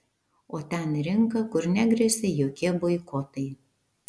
o ten rinka kur negresia jokie boikotai